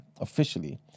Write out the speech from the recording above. officially